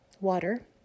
water